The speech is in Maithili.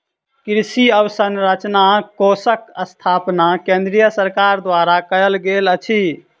कृषि अवसंरचना कोषक स्थापना केंद्रीय सरकार द्वारा कयल गेल अछि